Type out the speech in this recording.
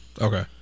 Okay